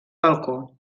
balcó